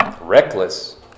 reckless